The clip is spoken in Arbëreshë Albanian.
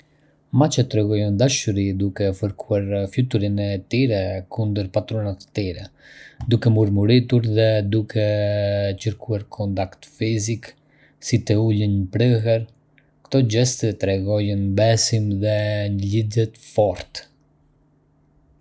Macet tregojnë dashuri duke fërkuar fytyrën e tyre kundër patrunat të tyre, duke murmuritur dhe duke kërkuar kontakt fizik, si të ulen në prehër. Këto gjeste tregojnë besim dhe një lidhje të fortë.